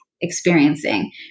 experiencing